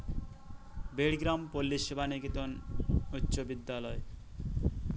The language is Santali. ᱵᱮᱲ ᱜᱨᱟᱢ ᱯᱚᱞᱞᱤ ᱥᱮᱵᱟ ᱱᱤᱠᱮᱛᱚᱱ ᱩᱪᱪᱚ ᱵᱤᱫᱽᱫᱟᱞᱚᱭ